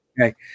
Okay